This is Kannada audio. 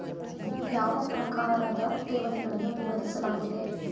ಯಾವ ಪ್ರಕಾರದ ಠೇವಣಿಗಳನ್ನು ವಿವರಿಸಲಾಗಿದೆ?